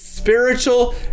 spiritual